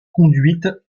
conduite